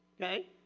Okay